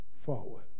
forward